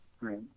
Right